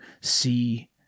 see